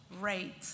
rate